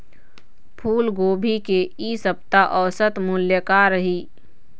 फूलगोभी के इ सप्ता औसत मूल्य का रही?